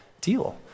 deal